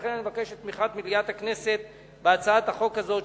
לכן אני מבקש את תמיכת מליאת הכנסת בהצעת החוק הזאת,